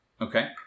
Okay